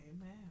Amen